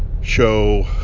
show